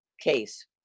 case